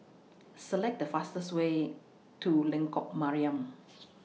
Select The fastest Way to Lengkok Mariam